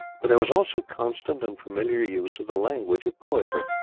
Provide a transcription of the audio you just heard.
but there was also constant and familiar use of the language of poetry.